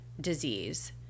disease